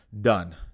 done